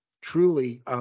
truly